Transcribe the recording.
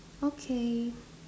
okay